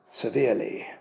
severely